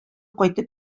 кайтып